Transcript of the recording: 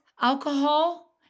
alcohol